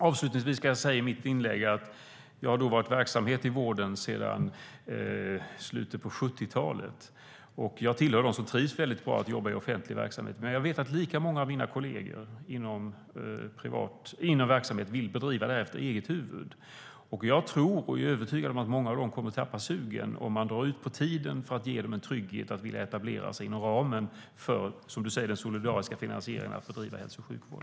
Avslutningsvis ska jag säga att jag varit verksam i vården sedan slutet av 70-talet. Jag tillhör dem som trivs väldigt bra med att jobba i offentlig verksamhet, men många av mina kolleger inom verksamheten vill bedriva det hela efter eget huvud. Jag är övertygad om att många av dem kommer att tappa sugen om det drar ut på tiden vad gäller möjligheten att etablera sig inom ramen för, som statsrådet säger, den solidariska finansieringen för att bedriva hälso och sjukvård.